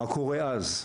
מה קורה אז?